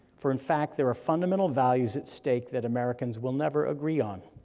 for in fact there are fundamental values at stake that americans will never agree on.